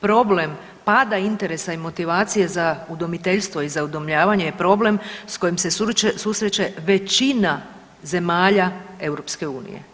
Problem pada i interesa i motivacije za udomiteljstvo i za udomljavanje je problem s kojim se susreće većina zemalja EU.